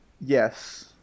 Yes